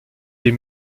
des